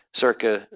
circa